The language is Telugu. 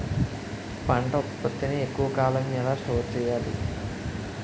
పంట ఉత్పత్తి ని ఎక్కువ కాలం ఎలా స్టోర్ చేయాలి?